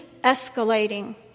escalating